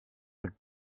would